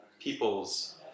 people's